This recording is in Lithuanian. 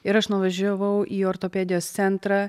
ir aš nuvažiavau į ortopedijos centrą